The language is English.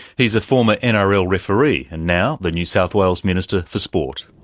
he's a former and nrl referee and now the new south wales minister for sport.